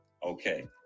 Okay